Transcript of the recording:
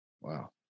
Wow